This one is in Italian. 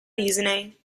disney